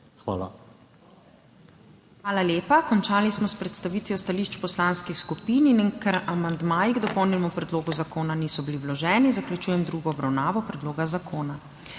Hvala lepa. Končali smo s predstavitvijo stališč poslanskih skupin. Ker amandmaji k dopolnjenemu predlogu zakona niso bili vloženi, zaključujem z drugo obravnavo predloga.